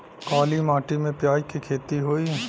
काली माटी में प्याज के खेती होई?